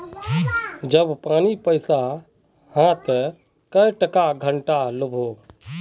जब पानी पैसा हाँ ते कई टका घंटा लो होबे?